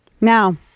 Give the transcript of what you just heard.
Now